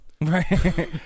right